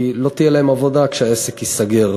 כי לא תהיה להם עבודה כשהעסק ייסגר.